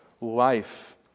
life